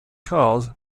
cars